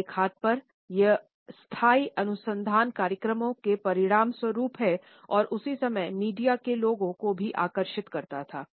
एक हाथ पर यह स्थायी अनुसंधान कार्यक्रमों के परिणामस्वरूप हैं और उसी समय मीडिया के लोगों को भी आकर्षित करता था